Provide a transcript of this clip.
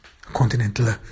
continental